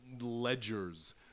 ledgers